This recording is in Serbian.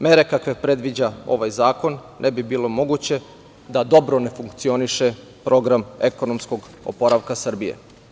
Mere kakve predviđa ovaj zakon ne bi bilo moguće da dobro ne funkcioniše program ekonomskog oporavka Srbije.